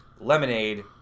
lemonade